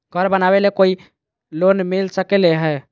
घर बनावे ले कोई लोनमिल सकले है?